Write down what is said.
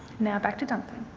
now back to duncan.